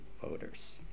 voters